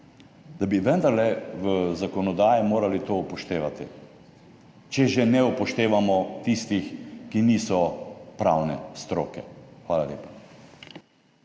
da bi vendarle v zakonodaji morali to upoštevati, če že ne upoštevamo tistih, ki niso pravne stroke. Hvala lepa.